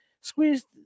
squeezed